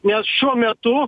nes šiuo metu